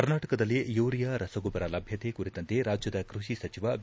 ಕರ್ನಾಟಕದಲ್ಲಿ ಯೂರಿಯಾ ರಸಗೊಬ್ಬರ ಲಭ್ಯತೆ ಕುರಿತಂತೆ ರಾಜ್ಯದ ಕೃಷಿ ಸಚಿವ ಬಿ